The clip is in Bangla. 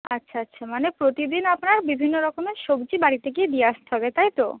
আচ্ছা আচ্ছা মানে প্রতিদিন আপনার বিভিন্ন রকমের সবজি বাড়িতে গিয়ে দিয়ে আসতে হবে তাই তো